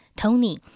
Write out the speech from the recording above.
Tony